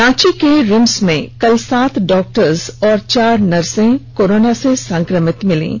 रांची के रिम्स में कल सात डॉक्टर और चार नर्स कोरोना से संक्रमित मिले हैं